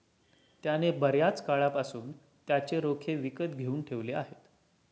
त्याने बर्याच काळापासून त्याचे रोखे विकत घेऊन ठेवले आहेत